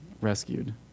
rescued